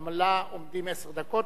גם לה עשר דקות.